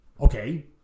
Okay